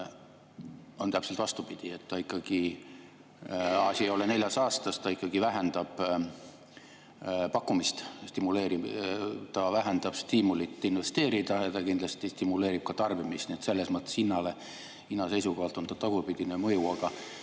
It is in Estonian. on täpselt vastupidi, asi ei ole neljas aastas, ta ikkagi vähendab pakkumist, ta vähendab stiimulit investeerida ja ta kindlasti stimuleerib ka tarbimist. Nii et selles mõttes hinna seisukohalt on sel tagurpidi mõju. Aga